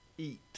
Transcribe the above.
eat